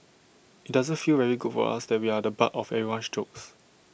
IT doesn't feel very good for us that we're the butt of everyone's jokes